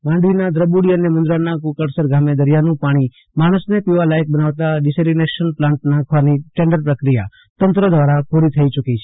માંડવીનાં ધ્રબૂડી અને મુન્દ્રાના ફ્રકડસર ગામે દરિયાનું પાણી માણસને પીવાલાયક બનાવતા ડિસેલીનેશન પ્લાન્ટ નાખવાની ટેન્કર પ્રકિયા તંત્ર દ્વારો પૂરી થઇ ચુકી છે